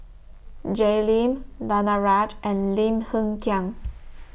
Jay Lim Danaraj and Lim Hng Kiang